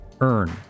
earn